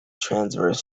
transverse